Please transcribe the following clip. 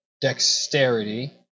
dexterity